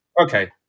okay